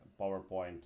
PowerPoint